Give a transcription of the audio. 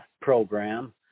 program